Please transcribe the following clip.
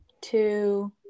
two